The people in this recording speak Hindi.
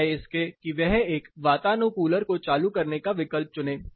बजाय इसके कि वह एक वातानुकूलर को चालू करने का विकल्प चुने